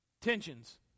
Tensions